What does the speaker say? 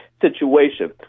situation